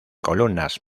columnas